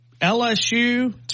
LSU